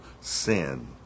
sin